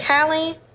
Callie